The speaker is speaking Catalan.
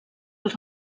els